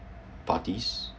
parties